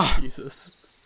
Jesus